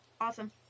Awesome